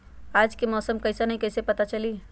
आज के मौसम कईसन हैं कईसे पता चली?